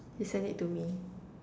he send it to me